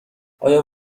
آیا